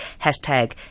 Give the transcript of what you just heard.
hashtag